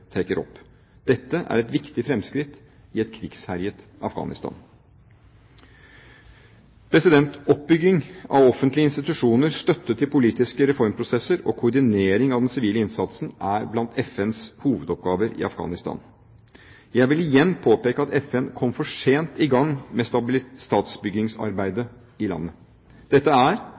trekker opp. Dette er et viktig fremskritt i et krigsherjet Afghanistan. Oppbygging av offentlige institusjoner, støtte til politiske reformprosesser og koordinering av den sivile innsatsen er blant FNs hovedoppgaver i Afghanistan. Jeg vil igjen påpeke at FN kom for sent i gang med statsbyggingsarbeidet i landet. Dette er,